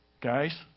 Guys